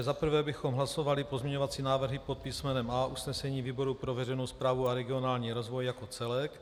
Za prvé bychom hlasovali pozměňovací návrhy pod písmenem A, usnesení výboru pro veřejnou správu a regionální rozvoj jako celek.